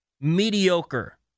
mediocre